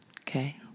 Okay